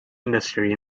industry